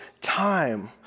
time